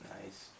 Nice